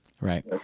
Right